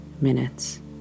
minutes